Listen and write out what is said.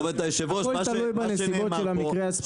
הכל תלוי בנסיבות של המקרה הספציפי.